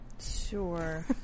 Sure